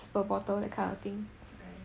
right